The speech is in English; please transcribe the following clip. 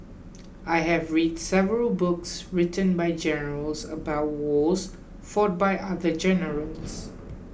I have read several books written by generals about wars fought by other generals